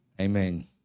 Amen